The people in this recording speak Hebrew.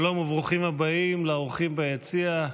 שלום וברוכים הבאים לאורחים ביציע.